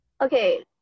okay